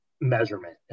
measurement